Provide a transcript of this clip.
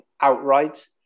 outright